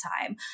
time